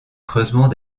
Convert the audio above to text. creusement